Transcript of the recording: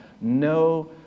No